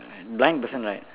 blind person right